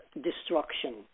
destruction